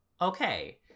Okay